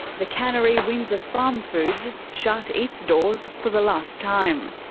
the cannery windsor farm foods shut its doors for the last time.